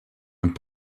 and